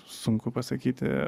sunku pasakyti